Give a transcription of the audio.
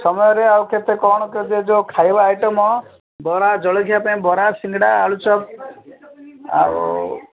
ସମୟରେ ଆଉ କେତେ କ'ଣ କେବେ ଯୋଉ ଖାଇବା ଆଇଟମ୍ ବରା ଜଳଖିଆ ପାଇଁ ବରା ସିଙ୍ଗଡ଼ା ଆଳୁଚପ୍ ଆଉ